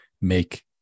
make